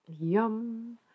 Yum